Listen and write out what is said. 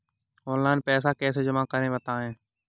Online पैसा कैसे जमा करें बताएँ?